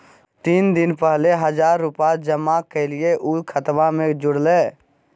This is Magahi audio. तीन दिन पहले हजार रूपा जमा कैलिये, ऊ खतबा में जुरले?